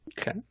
Okay